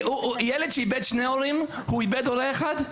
ילד שאיבד שני הורים, הוא איבד הורה אחד?